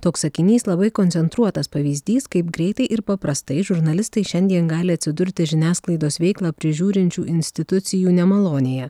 toks sakinys labai koncentruotas pavyzdys kaip greitai ir paprastai žurnalistai šiandien gali atsidurti žiniasklaidos veiklą prižiūrinčių institucijų nemalonėje